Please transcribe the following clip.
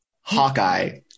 Hawkeye